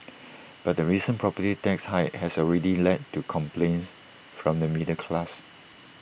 but the recent property tax hike has already led to complaints from the middle class